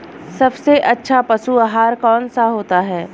सबसे अच्छा पशु आहार कौन सा होता है?